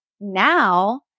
now